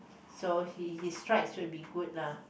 so he he his strides will be good lah